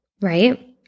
right